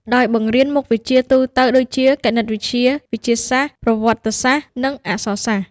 ដោយបង្រៀនមុខវិជ្ជាទូទៅដូចជា គណិតវិទ្យា វិទ្យាសាស្ត្រ ប្រវត្តិសាស្ត្រ និងអក្សរសាស្ត្រ។